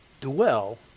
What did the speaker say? dwell